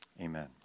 Amen